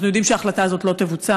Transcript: אנחנו יודעים שההחלטה הזאת לא תבוצע,